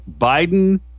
Biden